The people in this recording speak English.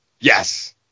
Yes